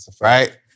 Right